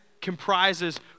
comprises